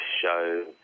show